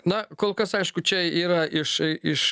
na kol kas aišku čia yra iš iš